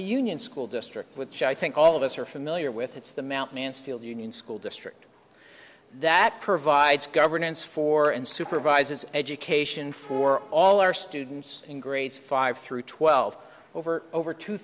union school district which i think all of us are familiar with it's the mount mansfield union school district that provides governance for and supervises education for all our students in grades five through twelve over over two